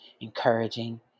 encouraging